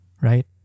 right